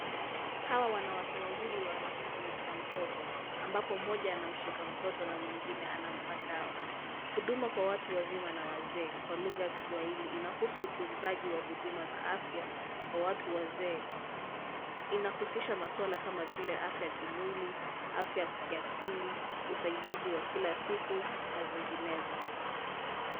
Hawa wanawake wawili wanashughulikia mtoto ambapo mmoja anamshika mtoto na mwingine anampa dawa. Huduma kwa watu wazima na wazee kwa lugha ya kiswahili inahusu utunzaji wa huduma za afya kwa watu wazee. Inahusisha masuala kama vile afya ya kimwili, afya kiakili, usaidizi wa kila siku na zinginezo.